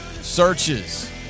searches